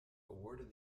awarded